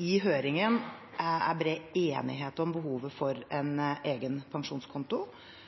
i høringen er bred enighet om behovet for en egen pensjonskonto,